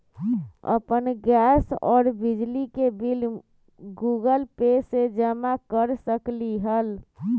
अपन गैस और बिजली के बिल गूगल पे से जमा कर सकलीहल?